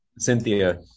cynthia